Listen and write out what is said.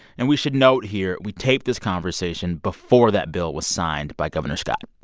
and we should note here, we taped this conversation before that bill was signed by governor scott